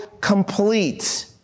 complete